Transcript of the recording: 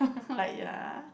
like ya